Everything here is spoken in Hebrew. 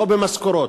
לא במשכורות.